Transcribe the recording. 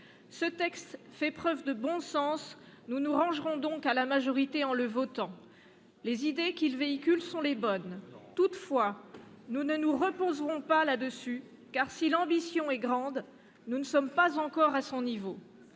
de loi fait preuve de bon sens ; nous nous rangerons donc à la majorité en le votant. Les idées qu'il véhicule sont les bonnes. Toutefois, nous ne nous reposerons pas sur cet acquis, car si l'ambition est grande, nous ne sommes pas encore à son niveau.